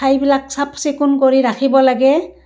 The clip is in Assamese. ঠাইবিলাক চাফ চিকুণ কৰি ৰাখিব লাগে